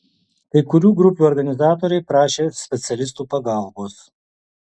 kai kurių grupių organizatoriai prašė specialistų pagalbos